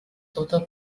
total